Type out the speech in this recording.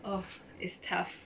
!oof! it's tough